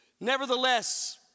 Nevertheless